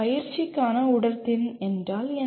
பயிற்சிக்கான உடற்திறன் என்றால் என்ன